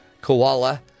Koala